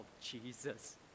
Jesus